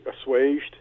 assuaged